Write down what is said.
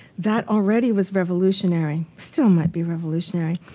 that already was revolutionary. still might be revolutionary.